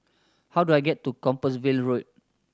how do I get to Compassvale Road